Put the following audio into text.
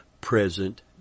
present